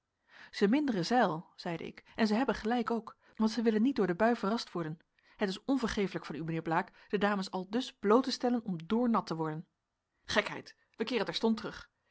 zij minderen zeil zeide ik en zij hebben gelijk ook want zij willen niet door de bui verrast worden het is onvergeeflijk van u mijnheer blaek de dames aldus bloot te stellen om doornat te worden gekheid wij keeren terstond terug